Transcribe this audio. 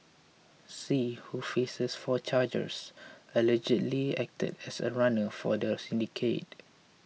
see who faces four charges allegedly acted as a runner for the syndicate